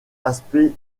aspects